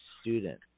student